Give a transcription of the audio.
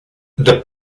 the